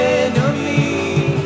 enemy